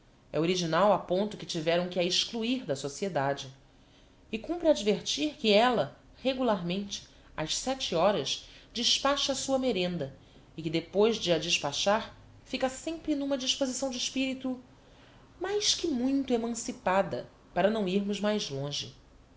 é original a ponto que tiveram que a excluir da sociedade e cumpre advertir que ella regularmente ás sete horas despacha a sua merenda e que depois de a despachar fica sempre n'uma disposição de espirito mais que muito emancipada para não irmos mais longe